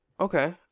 Okay